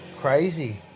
crazy